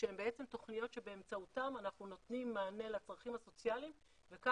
כשהן בעצם תוכניות שבאמצעותן אנחנו נותנים מענה